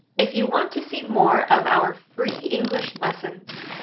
if you want to see more of our free english lessons,